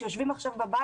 שיושבים עכשיו בבית,